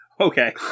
Okay